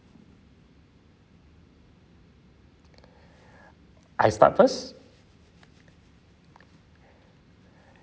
I start first